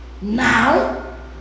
now